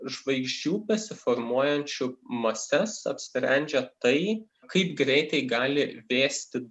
žvaigždžių besiformuojančių mases apsprendžia tai kaip greitai gali vėsti